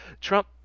trump